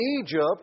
Egypt